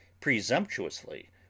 presumptuously